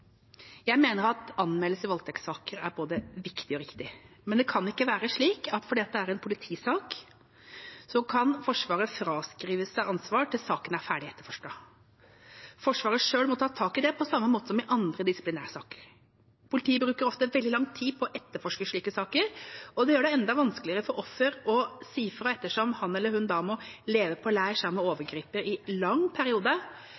Jeg mener at anmeldelse i voldtektssaker er både viktig og riktig, men det kan ikke være slik at fordi det er en politisak, kan Forsvaret fraskrive seg ansvar til saken er ferdig etterforsket. Forsvaret selv må ta tak i det på samme måte som i andre disiplinærsaker. Politiet bruker ofte veldig lang tid på å etterforske slike saker, og det gjør det enda vanskeligere for offer å si fra ettersom han eller hun da må leve på leir sammen med overgriper i lang periode,